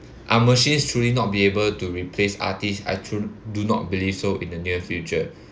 are machines truly not be able to replace artist I tru~ do not believe so in the near future